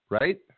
right